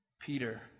Peter